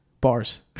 Bars